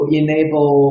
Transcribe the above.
enable